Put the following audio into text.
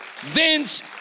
Vince